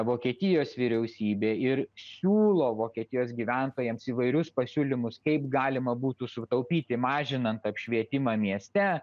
vokietijos vyriausybė ir siūlo vokietijos gyventojams įvairius pasiūlymus kaip galima būtų sutaupyti mažinant apšvietimą mieste